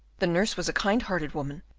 the nurse was a kind-hearted woman,